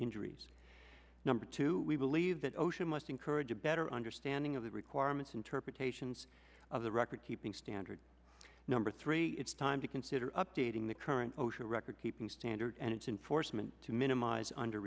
injuries number two we believe that osha must encourage a better understanding of the requirements interpretations of the record keeping standards number three it's time to consider updating the current osha record keeping standard and it's in force meant to minimize under